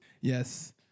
Yes